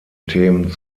themen